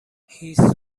هیس